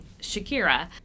Shakira